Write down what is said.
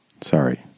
Sorry